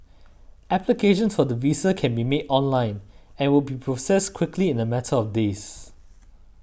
applications for the visa can be made online and will be processed quickly in a matter of days